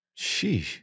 Sheesh